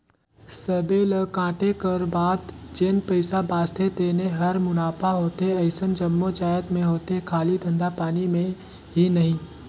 सबे ल कांटे कर बाद जेन पइसा बाचथे तेने हर मुनाफा होथे अइसन जम्मो जाएत में होथे खाली धंधा पानी में ही नई